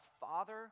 father